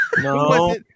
no